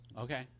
Okay